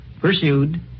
pursued